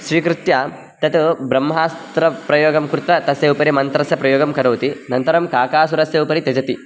स्वीकृत्य तत् ब्रह्मास्त्रप्रयोगं कृतः तस्य उपरि मन्त्रस्य प्रयोगं करोति अनन्तरं काकासुरस्य उपरि त्यजति